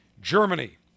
Germany